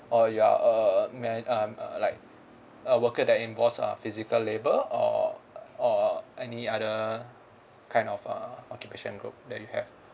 or you are a man~ um uh like a worker that involves uh physical labour or or any other kind of err occupation group that you have